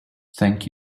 thank